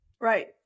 Right